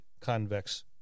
convex